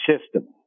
system